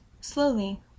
Slowly